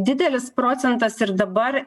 didelis procentas ir dabar